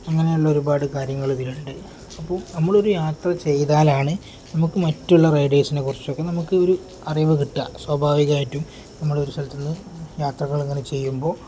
അങ്ങനെയുള്ള ഒരുപാട് കാര്യങ്ങൾ ഇതിലുണ്ട് അപ്പോൾ നമ്മളൊരു യാത്ര ചെയ്താലാണ് നമുക്ക് മറ്റുള്ള റൈഡേഴ്സിനെക്കുറിച്ചൊക്കെ നമുക്ക് ഒരു അറിവ് കിട്ടുക സ്വാഭാവികമായിട്ടും നമ്മളൊരു സ്ഥലത്ത് നിന്ന് യാത്രകൾ ഇങ്ങനെ ചെയ്യുമ്പോൾ